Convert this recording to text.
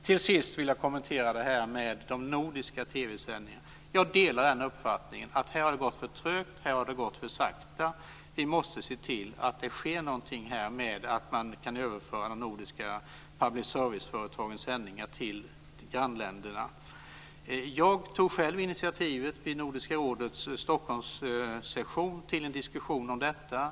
Till sist vill jag kommentera de nordiska TV sändningarna. Jag delar uppfattningen att det har gått för trögt och för sakta med detta. Vi måste se till att det sker någonting så att man kan överföra de nordiska public service-företagens sändningar till grannländerna. Jag tog själv initiativet vid Nordiska rådets Stockholmssession till en diskussion om det här.